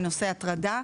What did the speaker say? בנושא הטרדה,